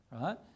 right